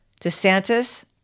DeSantis